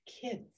Kids